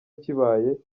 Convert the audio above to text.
kibaye